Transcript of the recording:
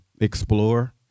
explore